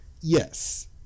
Yes